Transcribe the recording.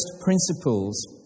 principles